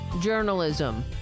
journalism